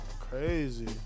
crazy